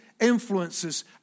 influences